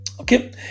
Okay